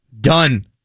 Done